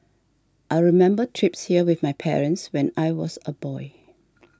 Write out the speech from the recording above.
I remember trips here with my parents when I was a boy